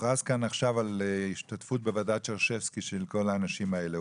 הוכרז כאן עכשיו על השתתפות בוועדת שרשבסקי של כל האנשים האלה.